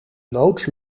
loods